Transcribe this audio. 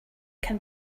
can